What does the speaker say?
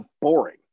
boring